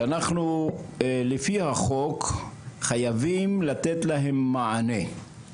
שאנחנו לפי החוק חייבים לתת להם מענה.